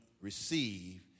receive